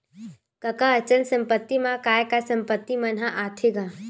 कका अचल संपत्ति मा काय काय संपत्ति मन ह आथे गा?